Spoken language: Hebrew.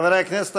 חברי הכנסת,